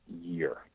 year